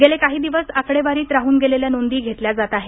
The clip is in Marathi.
गेले काही दिवस आकडेवारीत राहन गेलेल्या नोंदी घेतल्या जात आहेत